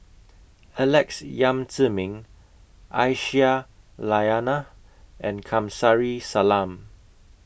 Alex Yam Ziming Aisyah Lyana and Kamsari Salam